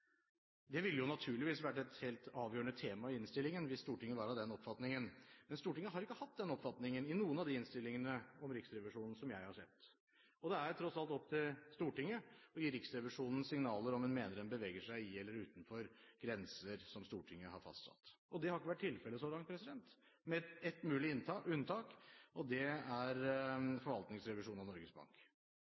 Det ville naturligvis vært et helt avgjørende tema i innstillingen hvis Stortinget var av den oppfatningen, men Stortinget har ikke hatt den oppfatningen i noen av de innstillingene om Riksrevisjonen som jeg har sett. Og det er tross alt opp til Stortinget å gi Riksrevisjonen signaler om en mener en beveger seg i eller utenfor grenser som Stortinget har fastsatt. Det har ikke vært tilfellet så langt, med ett mulig unntak. Det er forvaltningsrevisjonen av Norges Bank.